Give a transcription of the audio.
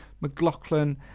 McLaughlin